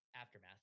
aftermath